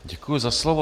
Děkuji za slovo.